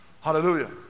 Hallelujah